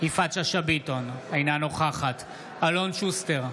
יפעת שאשא ביטון, אינה נוכחת אלון שוסטר,